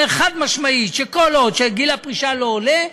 חד-משמעית שכל עוד גיל הפרישה לא עולה,